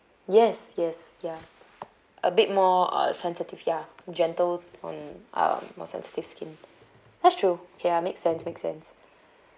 yes yes ya a bit more uh sensitive ya gentle on uh more sensitive skin that's true okay ya make sense make sense